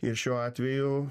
ir šiuo atveju